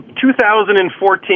2014